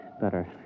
better